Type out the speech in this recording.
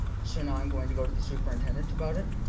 so now i'm going to go to the superintendent about it.